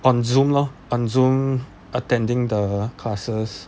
on Zoom lor on Zoom attending the classes